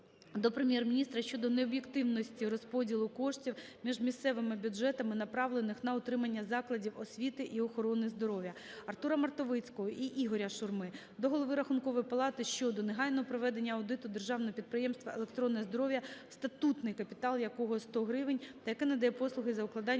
до Прем'єр-міністра щодо необ'єктивності розподілу коштів між місцевими бюджетами направлених на утримання закладів освіти і охорони здоров'я. Артура Мартовицького і Ігоря Шурми до голови Рахункової палати щодо негайного проведення аудиту Державного підприємства "Електронне здоров'я", статутний капітал якого 100 грн., та яке надає послуги за укладеними